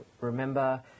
remember